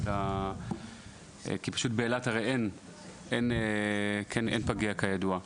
כי באילת אין פגייה כידוע.